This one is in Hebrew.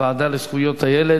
לוועדה לזכויות הילד